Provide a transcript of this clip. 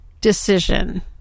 decision